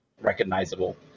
recognizable